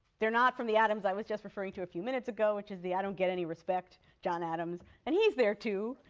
they're not from the adams i was just referring to a few minutes ago, which is the i-don't-get-any-respect john adams, and he's there too.